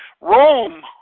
Rome